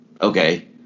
Okay